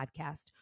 podcast